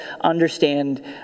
understand